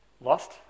Lost